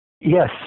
Yes